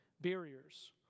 Barriers